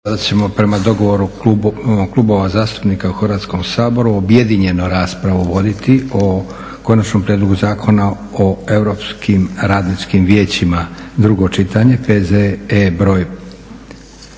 sada ćemo prema dogovoru klubova zastupnika u Hrvatskom saboru objedinjeno raspravu voditi - Konačni prijedlog zakona o europskim radničkim vijećima, drugo čitanje, P.Z.E. br.